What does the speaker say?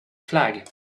flag